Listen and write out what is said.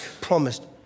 promised